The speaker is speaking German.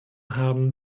haben